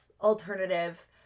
alternative